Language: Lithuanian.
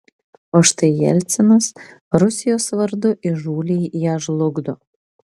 o štai jelcinas rusijos vardu įžūliai ją žlugdo